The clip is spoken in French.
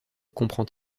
comprend